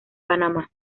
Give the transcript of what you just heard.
panamá